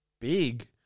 big